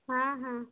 ହଁ ହଁ